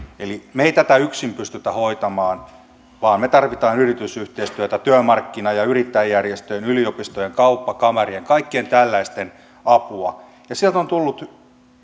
me emme tätä yksin pysty hoitamaan vaan tarvitsemme yritysyhteistyötä työmarkkina ja yrittäjäjärjestöjen yliopistojen kauppakamarien kaikkien tällaisten apua ja sieltä on tultu